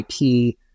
IP